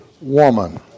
woman